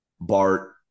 Bart